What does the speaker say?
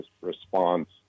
response